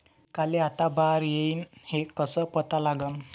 पिकाले आता बार येईन हे कसं पता लागन?